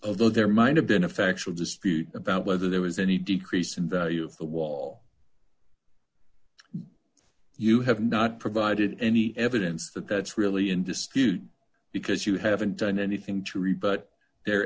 of though there might have been a factual dispute about whether there was any decrease in value of the wall you have not provided any evidence that that's really in dispute because you haven't done anything to rebut the